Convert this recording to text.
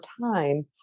time